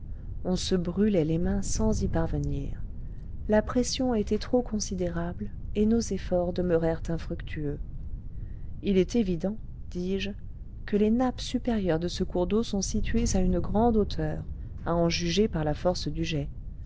on se brûlait les mains sans y parvenir la pression était trop considérable et nos efforts demeurèrent infructueux il est évident dis-je que les nappes supérieures de ce cours d'eau sont situées à une grande hauteur à en juger par la force du jet